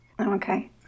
Okay